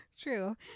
True